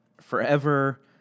Forever